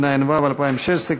התשע"ו 2016,